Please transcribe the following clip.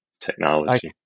technology